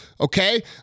okay